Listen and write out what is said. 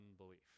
unbelief